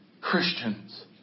Christians